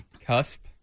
cusp